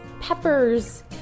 peppers